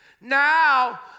Now